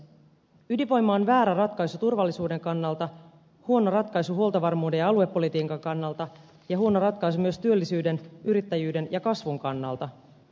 ydinvoima on väärä ratkaisu turvallisuuden kannalta huono ratkaisu huoltovarmuuden ja aluepolitiikan kannalta ja huono ratkaisu myös työllisyyden yrittäjyyden ja kasvun kannalta